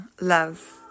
love